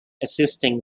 assisting